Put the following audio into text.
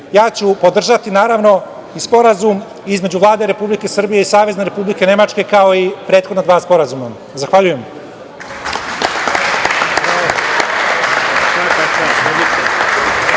ja ću podržati naravno i Sporazum između Vlade Republike Srbije i Savezne Republike Nemačke kao i prethodna dva sporazuma. Zahvaljujem